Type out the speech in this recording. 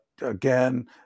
Again